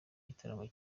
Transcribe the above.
gitaramo